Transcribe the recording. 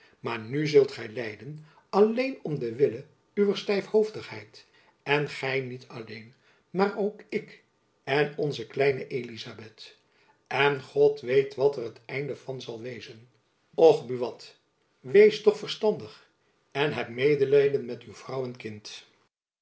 maar nu zult gy lijden alleen om den wille uwer stijfhoofdigheid en gy niet alleen maar ook ik en onze kleine elizabeth en god weet wat er het einde van zal wezen och buat wees toch verstandig en heb medelijden met uw vrouw en kind